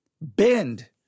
bend